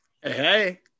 Hey